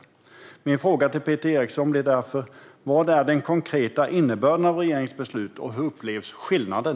Jag vill därför fråga Peter Eriksson: Vad är den konkreta innebörden av regeringens beslut? Och hur upplevs skillnaden?